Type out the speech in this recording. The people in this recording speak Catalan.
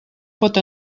pot